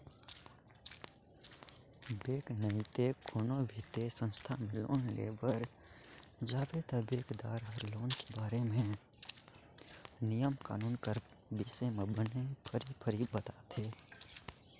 bank नइते कोनो बित्तीय संस्था में लोन लेय बर जाबे ता बेंकदार हर लोन के बारे म नियम कानून कर बिसे में बने फरी फरी बताथे